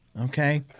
okay